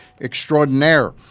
extraordinaire